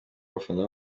bafana